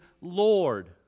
Lord